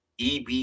EB